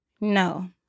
No